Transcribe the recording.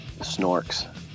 Snorks